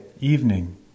evening